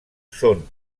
són